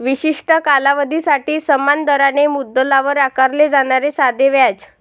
विशिष्ट कालावधीसाठी समान दराने मुद्दलावर आकारले जाणारे साधे व्याज